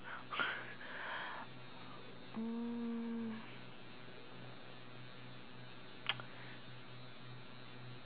uh